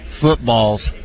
football's